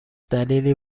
دلیلی